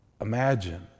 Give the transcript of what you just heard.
Imagine